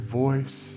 voice